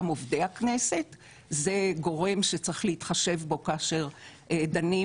גם עובדי הכנסת זה גורם שצריך להתחשב בו כאשר דנים